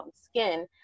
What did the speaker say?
skin